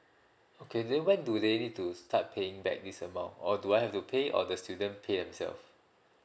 okay then when do they need to start paying back this amount or do I have to pay or the student pay themself